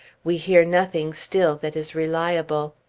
we hear nothing still that is reliable.